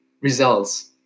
results